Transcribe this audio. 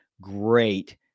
great